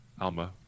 Alma